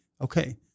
okay